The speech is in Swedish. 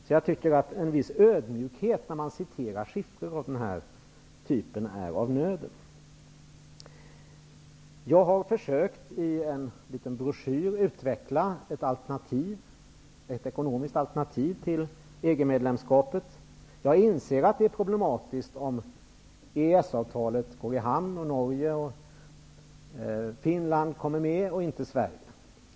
Därför tycker jag att en viss ödmjukhet är av nöden när man citerar text med siffror av den här typen. I en liten broschyr försöker jag att utveckla ett ekonomiskt alternativ till EG-medlemskapet. Jag inser att det blir problematiskt om EES-avtalet går i hamn och Norge och Finland kommer med, medan Sverige inte gör det.